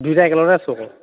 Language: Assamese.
দুইটাই একে লগতে আছো আকৌ